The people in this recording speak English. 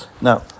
Now